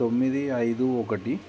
తొమ్మిది ఐదు ఒకటి